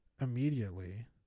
immediately